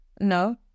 No